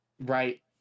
right